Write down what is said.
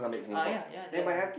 uh ya ya like